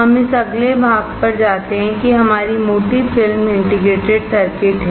हम इस अगले भाग पर जाते हैं जो कि हमारी मोटी फिल्म इंटीग्रेटेड सर्किट है